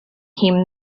him